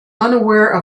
unaware